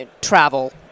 travel